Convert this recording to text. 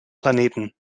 planeten